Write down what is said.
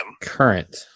Current